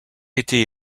été